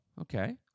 okay